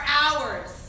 hours